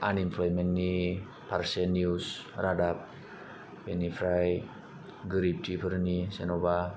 आनएमप्लयमेन्टनि फारसे निउस रादाब बिनिफ्राय गोरिबथिफोरनि जेन'बा